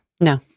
No